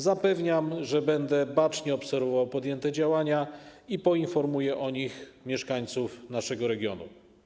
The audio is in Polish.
Zapewniam, że będę bacznie obserwował podjęte działania i poinformuję o nich mieszkańców naszego regionu.